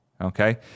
okay